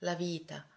la vita